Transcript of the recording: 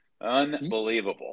Unbelievable